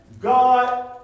God